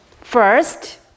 First